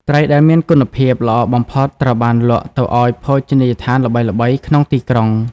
ត្រីដែលមានគុណភាព ល្អបំផុតត្រូវបានលក់ទៅឱ្យភោជនីយដ្ឋានល្បីៗក្នុងទីក្រុង។